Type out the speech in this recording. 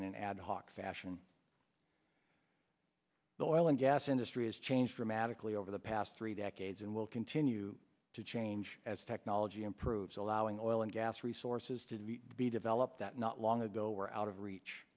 in an ad hoc fashion the oil and gas industry has changed dramatically over the past three decades and will continue to change as technology improves allowing oil and gas resources to be be developed that not long ago were out of reach